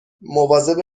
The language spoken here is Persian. مواظب